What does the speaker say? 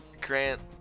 Grant